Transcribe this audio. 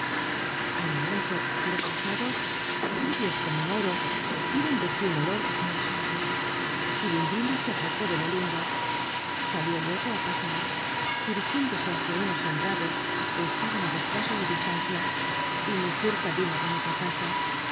al momento los a ados rubios como un oro die ron de si un olor muy suave chilling se atracó de lo lindo salió luego á pasear dirigiéndose háeitt unos cmbrados que estaban á dos pasos de distancia y muy cerca de una bonita ca